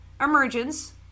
emergence